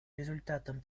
результатом